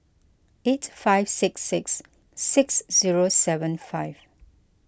eight five six six six zero seven five